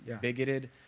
bigoted